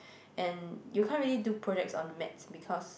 and you can't really do project on maths because